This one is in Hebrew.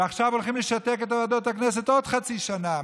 ועכשיו הולכים לשתק את ועדות הכנסת לעוד חצי שנה.